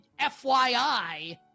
FYI